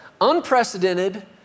unprecedented